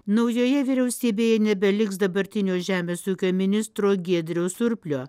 naujoje vyriausybėje nebeliks dabartinio žemės ūkio ministro giedriaus surplio